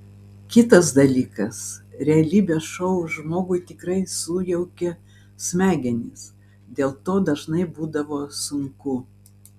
kitas dalykas realybės šou žmogui tikrai sujaukia smegenis dėl to dažnai būdavo sunku